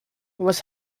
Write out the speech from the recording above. was